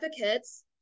advocates